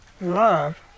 love